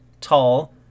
tall